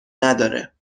نداره